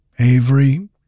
Avery